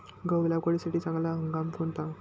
गहू लागवडीसाठी चांगला हंगाम कोणता?